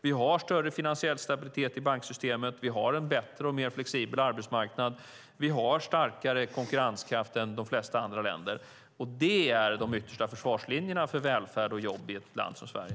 Vi har större finansiell stabilitet i banksystemet, vi har en bättre och mer flexibel arbetsmarknad och vi har starkare konkurrenskraft än de flesta andra länder. Det är de yttersta försvarslinjerna för välfärd och jobb i ett land som Sverige.